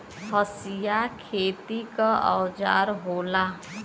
हंसिया खेती क औजार होला